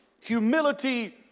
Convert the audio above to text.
humility